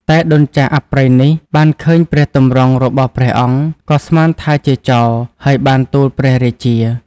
តែដូនចាស់អប្រិយនេះ បានឃើញព្រះទម្រង់របស់ព្រះអង្គ ក៏ស្មានថាជាចោរ ហើយបានទូលព្រះរាជា។